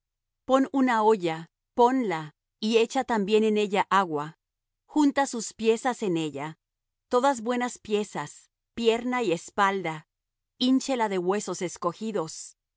pon una olla ponla y echa también en ella agua junta sus piezas en ella todas buenas piezas pierna y espalda hínchela de huesos escogidos